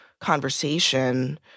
conversation